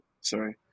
sorry